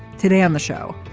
today on the show.